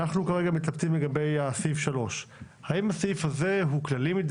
אנחנו מתלבטים לגבי פסקה (3), האם היא כללית מדי?